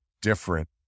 different